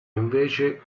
invece